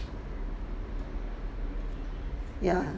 yeah